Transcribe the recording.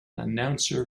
announcer